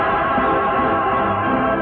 god